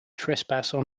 trespassing